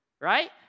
right